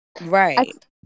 Right